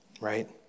right